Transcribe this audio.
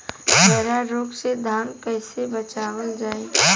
खैरा रोग से धान कईसे बचावल जाई?